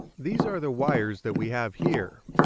these are the wires that we have here,